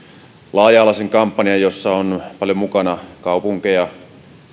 laaja alaisen kampanjan jossa on paljon mukana kaupunkeja